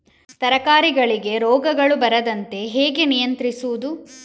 ತರಕಾರಿಗಳಿಗೆ ರೋಗಗಳು ಬರದಂತೆ ಹೇಗೆ ನಿಯಂತ್ರಿಸುವುದು?